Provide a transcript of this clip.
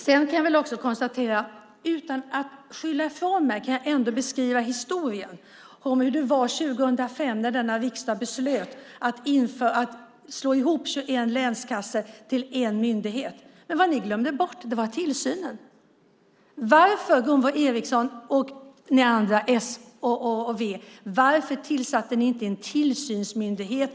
Utan att skylla ifrån mig kan jag beskriva historien om hur det var 2005, när denna riksdag beslöt att slå ihop 21 länskassor till en myndighet. Vad ni glömde bort var tillsynen. Varför, Gunvor G Ericson och ni i s och v, tillsatte ni inte en tillsynsmyndighet?